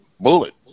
bullet